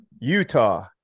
Utah